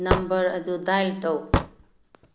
number ꯑꯗꯨ dial ꯇꯧ